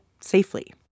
safely